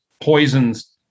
poisons